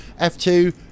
F2